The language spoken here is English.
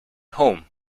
home